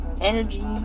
energy